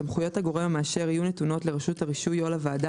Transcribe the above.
סמכויות הגורם המאשר יהיו נתונות לרשות הרישוי או לוועדה,